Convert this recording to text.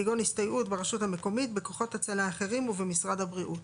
כגון הסתייעות ברשות המקומית בכוחות הצלה אחרים ובמשרד הבריאות.